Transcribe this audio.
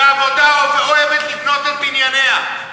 והעבודה אוהבת לבנות את בנייניה,